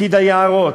פקיד היערות.